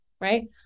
right